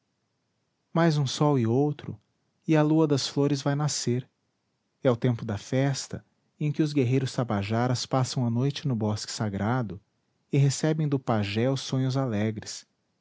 mais um sol e outro e a lua das flores vai nascer é o tempo da festa em que os guerreiros tabajaras passam a noite no bosque sagrado e recebem do pajé os sonhos alegres